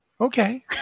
Okay